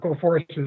forces